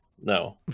no